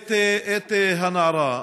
את הנערה.